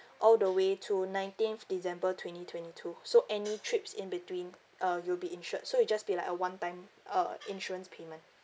all the way to nineteenth december twenty twenty two so any trips in between uh you'll be insured so it'll just be like a one time uh insurance payment